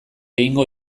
egingo